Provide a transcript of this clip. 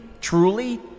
Truly